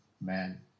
man